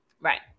Right